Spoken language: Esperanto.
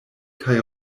kaj